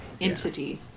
entity